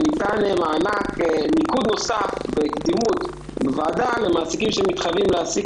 ניתן ניקוד נוסף וקדימות בוועדה למעסיקים שמתחייבים להעסיק